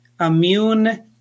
immune